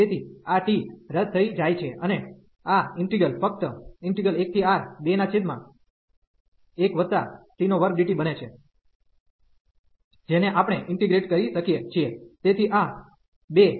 તેથી આ t રદ થઈ જાય છે અને આ ઈન્ટિગ્રલ ફક્ત 1R21t2dt બને છે જેને આપણે ઇન્ટીગ્રેટ કરી શકીએ છીએ